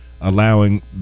allowing